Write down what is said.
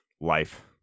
life